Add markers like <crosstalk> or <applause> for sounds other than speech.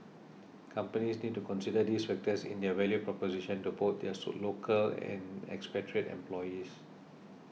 companies need to consider these factors in their value proposition to both their <unintelligible> local and expatriate employees